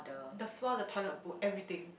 the floor the toilet bowl everything